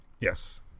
yes